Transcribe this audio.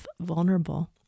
vulnerable